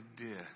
idea